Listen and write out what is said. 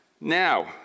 Now